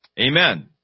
Amen